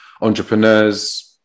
entrepreneurs